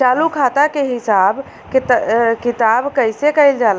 चालू खाता के हिसाब किताब कइसे कइल जाला?